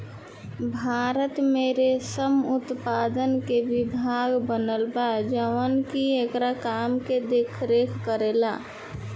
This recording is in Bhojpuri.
भारत में रेशम उत्पादन के विभाग बनल बा जवन की एकरा काम के देख रेख करेला